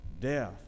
death